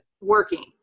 working